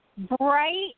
Bright